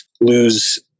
lose